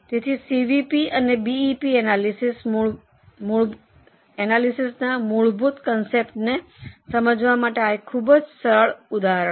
તેથી સીવીપી અને બીઈપી એનાલિસિસના મૂળભૂત કન્સેપ્ટને સમજવા માટે આ એક ખૂબ સરળ ઉદાહરણ છે